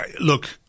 look